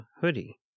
hoodie